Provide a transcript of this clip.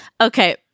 Okay